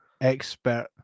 expert